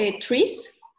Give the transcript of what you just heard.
trees